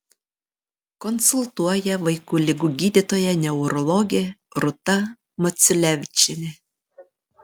konsultuoja vaikų ligų gydytoja neurologė rūta maciulevičienė